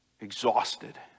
exhausted